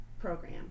program